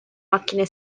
macchine